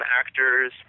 actors